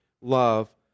love